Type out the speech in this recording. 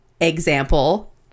Example